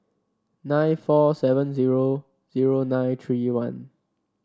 nine four seven zero zero nine three one